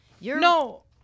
No